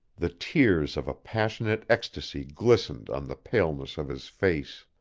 the tears of a passionate ecstasy glistened on the paleness of his face.